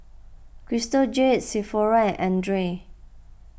Crystal Jade Sephora and andre